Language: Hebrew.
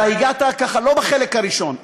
אתה הגעת, ככה, לא בחלק הראשון.